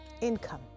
income